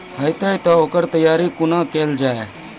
हेतै तअ ओकर तैयारी कुना केल जाय?